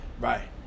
Right